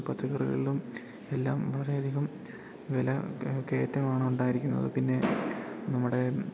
പച്ചക്കറികളിലും എല്ലാം വളരെ അധികം വില കയറ്റമാണ് ഉണ്ടായിരിക്കുന്നത് പിന്നെ നമ്മുടെ